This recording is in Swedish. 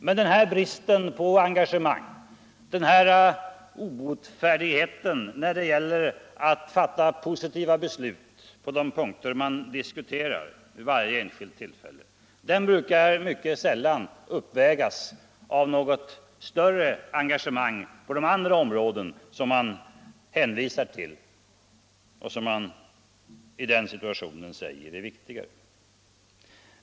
Men den här bristen på engagemang, den här obotfärdigheten när det gäller att fatta positiva beslut på de punkter man diskuterar vid varje enskilt tillfälle, brukar mycket sällan uppvägas av något större engagemang på de andra områden som man betonar som viktigare.